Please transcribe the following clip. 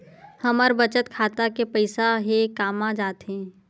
हमर बचत खाता के पईसा हे कामा जाथे?